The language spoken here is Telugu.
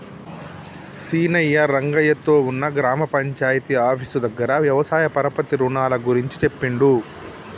సీనయ్య రంగయ్య తో ఉన్న గ్రామ పంచాయితీ ఆఫీసు దగ్గర వ్యవసాయ పరపతి రుణాల గురించి చెప్పిండు